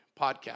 podcast